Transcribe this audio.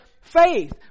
Faith